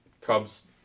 Cubs